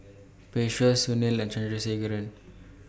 Peyush Sunil and Chandrasekaran